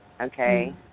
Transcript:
Okay